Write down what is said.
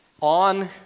On